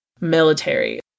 military